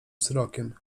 wzrokiem